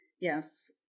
Yes